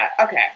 okay